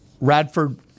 Radford